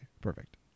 Perfect